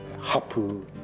hapu